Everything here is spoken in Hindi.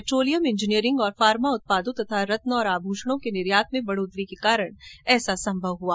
पेट्रोलियम इंजीनियरिंग और फार्मा उत्पादों तथा रत्न और आभूषणों के निर्यात में बढ़ोत्तरी के कारण ऐसा संभव हुआ